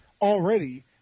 already